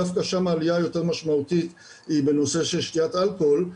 ודווקא שם העליה היותר משמעותית היא בנושא שתיית אלכוהול,